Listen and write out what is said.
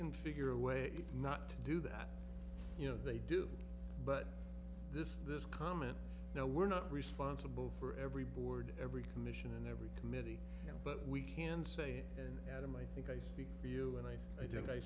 can figure a way not to do that you know they do but this this comment now we're not responsible for every board every commission and every committee but we can say and adam i think i speak for you and i i don't i